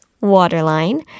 waterline